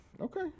okay